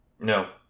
No